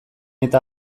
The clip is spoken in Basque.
eta